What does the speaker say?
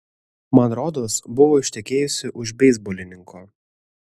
man rodos buvo ištekėjusi už beisbolininko